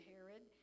Herod